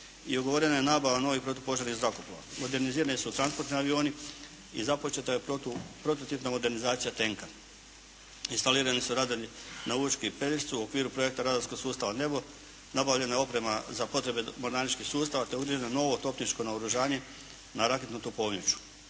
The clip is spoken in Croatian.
i ugovorena je nabavna novih protupožarnih zrakoplova. Modernizirani su transportni avioni i započela je prototipna modernizacija tenka. Instalirani su radari na Učki i Pelješcu u okviru projekta radarskog sustava NEBO. Nabavljena je oprema za potrebe mornaričkih sustava te je ugrađeno novo topničko naoružanje na raketnu topovnjaču.